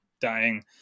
dying